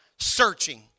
searching